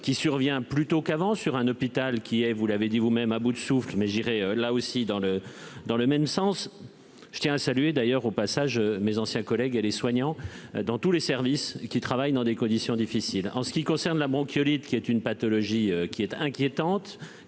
qui survient plus tôt qu'avant sur un hôpital qui est, vous l'avez dit vous-même à bout de souffle mais j'irai là aussi dans le dans le même sens, je tiens à saluer d'ailleurs au passage, mes anciens collègues et les soignants dans tous les services qui travaillent dans des conditions difficiles en ce qui concerne la bronchiolite qui est une pathologie qui est inquiétante,